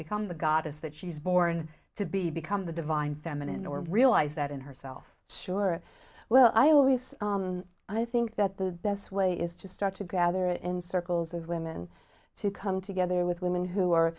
become the goddess that she's born to be become the divine feminine or realize that in herself sure well i always i think that the best way is to start to gather in circles as women to come together with women who are